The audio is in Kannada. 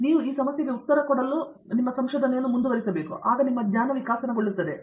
ಆದ್ದರಿಂದ ಇದು ವಿಕಾಸಗೊಳ್ಳುತ್ತದೆ